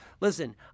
listen